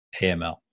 AML